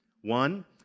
One